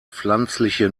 pflanzliche